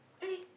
okay